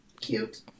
Cute